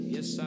Yes